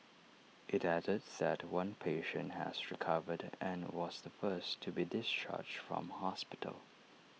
IT added that one patient has recovered and was the first to be discharged from hospital